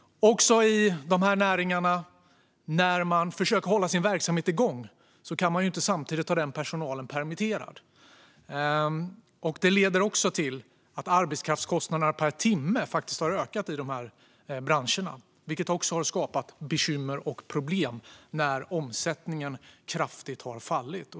När man försöker hålla sin verksamhet igång i de här näringarna kan man inte heller samtidigt ha den här personalen permitterad. Det leder också till att arbetskraftskostnaderna per timme faktiskt har ökat i dessa branscher, vilket har skapat bekymmer och problem när omsättningen kraftigt har fallit.